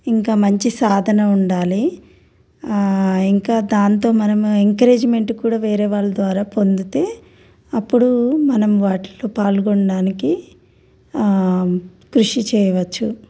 ఇంకా మంచి సాధన ఉండాలి ఇంకా దాంతో మనము ఎంకరేజ్మెంట్ కూడా వేరే వాళ్ళ ద్వారా పొందుతే అప్పుడు మనం వాటిలో పాల్గొనడానికి కృషి చేయవచ్చు